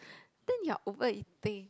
then you're over eating